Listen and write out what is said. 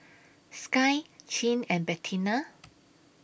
Skye Chin and Bettina